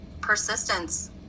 persistence